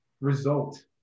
result